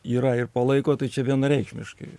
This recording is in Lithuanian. yra ir po laiko tai čia vienareikšmiškai